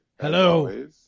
Hello